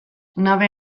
nabe